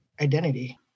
identity